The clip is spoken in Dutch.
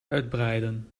uitbreiden